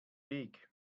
weg